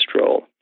role